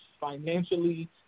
financially